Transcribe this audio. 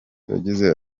yagize